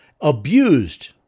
Abused